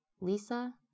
Lisa